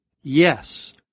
Yes